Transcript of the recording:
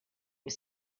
was